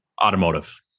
automotive